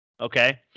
Okay